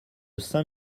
saint